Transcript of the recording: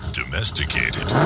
domesticated